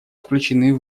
включены